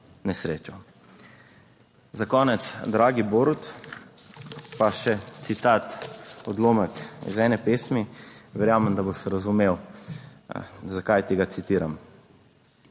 nesrečo. Za konec, dragi Borut, pa še citat, odlomek iz ene pesmi, verjamem, da boš razumel zakaj ti ga citiram: